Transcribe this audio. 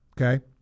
okay